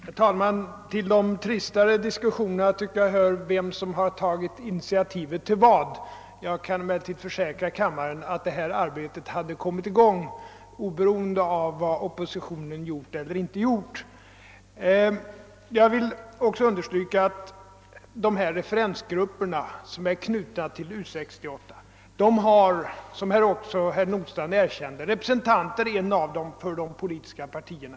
Herr talman! Till de tristare diskussionerna hör, tycker jag, de diskussioner som gäller vem som tagit initiativet till vad. Jag kan emellertid försäkra kammaren att det arbete debatten gäller hade kommit i gång oberoende av vad oppositionen gjort eller inte gjort. Jag vill också understryka att i en av de referensgrupper som är knutna till U 68 ingår — som herr Nordstrandh också erkände — representanter för de politiska partierna.